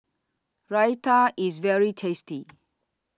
Raita IS very tasty